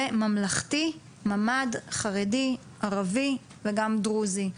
וממלכתי, ממ"ד, חרדי, ערבי וגם דרוזי.